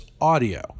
audio